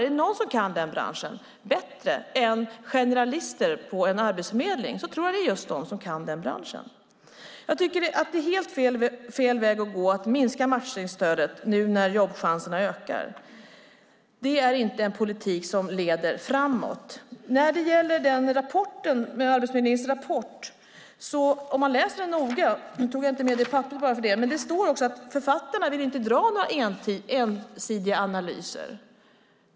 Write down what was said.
Om det är några kan branschen bättre än generalister på en arbetsförmedling är det just de som kan branschen. Det är helt fel väg att gå att minska matchningsstödet nu när jobbchanserna ökar. Det är inte en politik som leder framåt. När det gäller Arbetsförmedlingens rapport står det att författarna inte vill dra några ensidiga analyser.